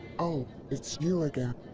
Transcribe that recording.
oh, it's you again!